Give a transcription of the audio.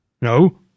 No